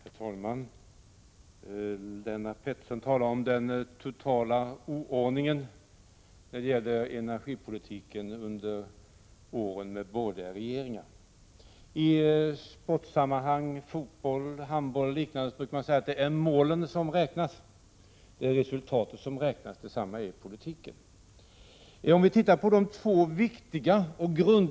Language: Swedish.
Herr talman! Lennart Pettersson talar om den totala oordningen i energipolitiken under åren med borgerliga regeringar. I sportsammanhang— fotboll, handboll och liknande — brukar man säga att det är målen som räknas, att det är resultatet som räknas. Detsamma gäller i politiken.